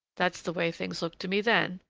that's the way things looked to me then,